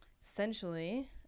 Essentially